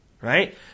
Right